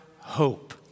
hope